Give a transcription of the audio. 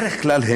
בדרך כלל,